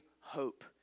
hope